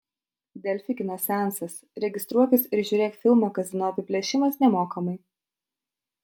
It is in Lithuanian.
delfi kino seansas registruokis ir žiūrėk filmą kazino apiplėšimas nemokamai